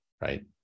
right